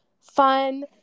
fun